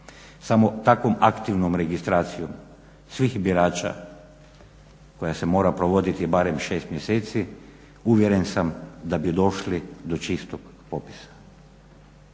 Samo takvom aktivnom registracijom svih birača, koja se mora provoditi barem 6 mjeseci uvjeren sam da bi došli do čistog popisa.